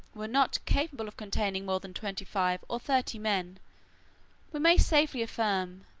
were not capable of containing more than twenty-five or thirty men we may safely affirm,